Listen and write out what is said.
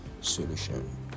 solution